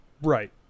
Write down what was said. Right